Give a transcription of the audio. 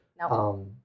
No